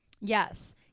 Yes